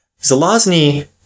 Zelazny